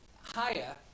higher